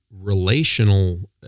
relational